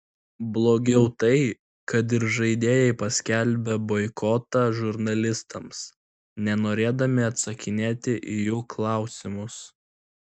blogiau tai kad ir žaidėjai paskelbė boikotą žurnalistams nenorėdami atsakinėti į jų klausimus